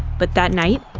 but that night,